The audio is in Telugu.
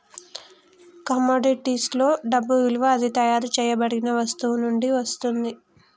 కమోడిటీస్లో డబ్బు విలువ అది తయారు చేయబడిన వస్తువు నుండి వస్తుంది